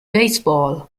baseball